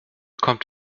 kommt